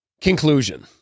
Conclusion